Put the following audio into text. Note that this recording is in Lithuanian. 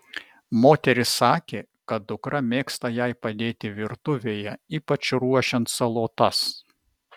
moteris sakė kad dukra mėgsta jai padėti virtuvėje ypač ruošiant salotas